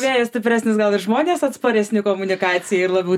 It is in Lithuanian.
vėjas stipresnis gal ir žmonės atsparesni komunikacijai ir labiau tvirtesnę nuomonę turi